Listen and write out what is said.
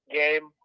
game